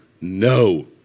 No